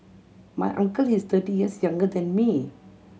my uncle is thirty years younger than me